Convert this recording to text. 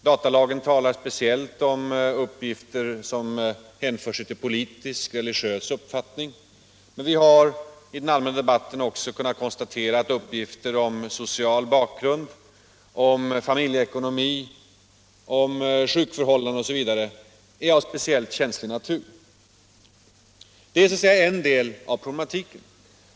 Datalagen talar speciellt om uppgifter som hänför sig till politisk och religiös uppfattning. Men vi har i den allmänna debatten kunnat konstatera att också uppgifter om social bakgrund, familjeekonomi, sjukförhållanden osv. är av speciellt känslig natur. Det är så att säga den ena delen av problematiken.